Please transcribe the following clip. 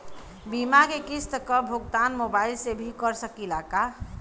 बीमा के किस्त क भुगतान मोबाइल से भी कर सकी ला?